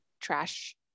trash